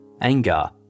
anger